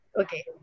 okay